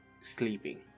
sleeping